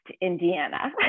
indiana